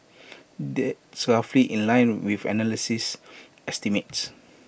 that's in line with analysis estimates